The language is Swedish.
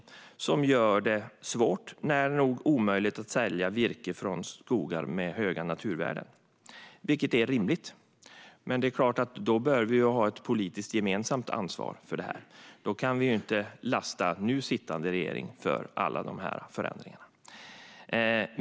Förordningen gör det svårt, nära nog omöjligt, att sälja virke från skogar med höga naturvärden, vilket är rimligt. Det är klart att vi därför bör ha ett gemensamt politiskt ansvar för detta. Vi kan inte lasta nu sittande regering för alla dessa förändringar.